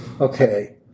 Okay